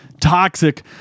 toxic